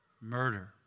murder